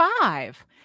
five